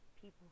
people